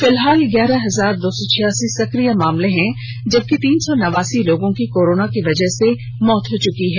फिलहाल ग्यारह हजार दो सौ छियासी सक्रिय मामले हैं जबकि तीन सौ नवासी लोगों की कोरोना की वजह से मौत हो चुकी है